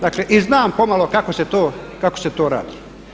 Dakle i znam pomalo kako se to radi.